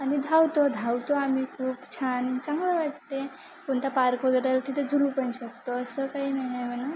आणि धावतो धावतो आम्ही खूप छान चांगलं वाटते कोणता पार्क वगैरे राहिला तिथे झुलू पण शकतो असं काही नाही आहे म्हणून